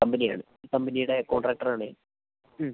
കമ്പനിയാണ് കമ്പനിയുടെ കോൺട്രാക്ടർ ആണ് ഞാൻ മ്